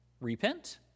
repent